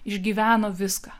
išgyveno viską